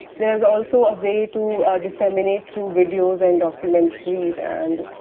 there is also a way to disseminate through videos and documentaries. and,